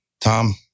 Tom